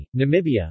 Namibia